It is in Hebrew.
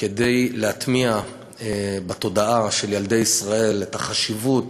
כדי להטמיע בתודעה של ילדי ישראל את החשיבות